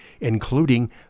including